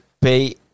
pay